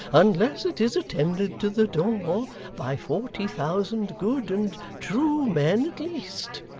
unless it is attended to the door by forty thousand good and true men at least?